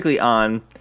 on